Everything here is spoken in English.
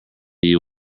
you